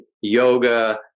yoga